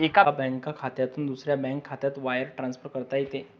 एका बँक खात्यातून दुसऱ्या बँक खात्यात वायर ट्रान्सफर करता येते